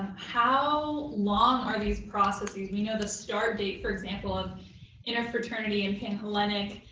how long are these processes? we know the start date, for example, of interfraternity and panhellenic.